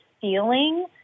feeling